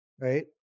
right